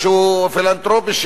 משהו פילנתרופי,